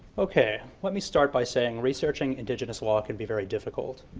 okay, let me start by saying, researching indigenous law can be very difficult.